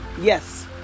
Yes